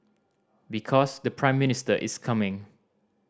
because the Prime Minister is coming